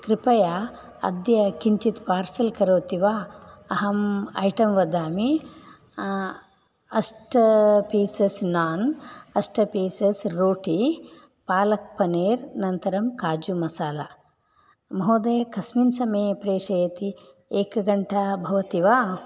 कृपया अद्य किञ्चित् पार्सल् करोति वा अहम् ऐटं वदामि अष्ट पीसस् नान् अष्ट पीसस् रोटि पालक् पनीर् अनन्तरं काजु मसाला महोदय कस्मिन् समये प्रेषयति एकघण्टा भवति वा